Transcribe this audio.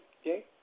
okay